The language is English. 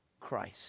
Christ